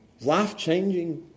life-changing